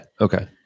okay